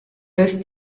löst